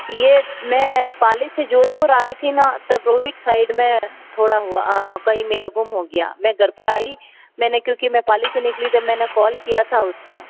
ये मैं पाली से जोधपुर आ रही थी ना तब रोहित साइड में थोड़ा हुआ कहीं मेरा गुम हो गया मैं घर पर आई मैंने क्योंकि मैं पाली से निकली तब मैंने कॉल किया था उसको